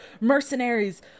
Mercenaries